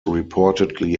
reportedly